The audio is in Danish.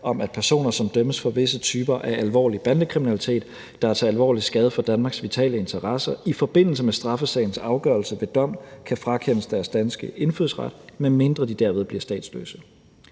om, at personer, som dømmes for visse typer af alvorlig bandekriminalitet, der er til alvorlig skade for Danmarks vitale interesser, i forbindelse med straffesagens afgørelse ved dom kan frakendes deres danske indfødsret, med mindre de derved bliver statsløse.